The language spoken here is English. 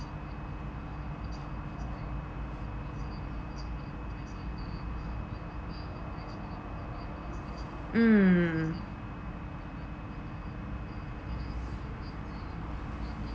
mm